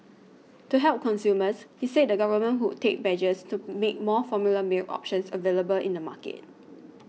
to help consumers he said the government would take measures to make more formula milk options available in the market